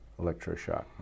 electroshock